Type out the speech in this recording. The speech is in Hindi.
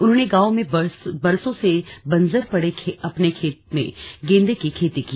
उन्होंने गांव में बरसों से बंजर पड़े अपने खेत में गेंदे की खेती की